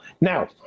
Now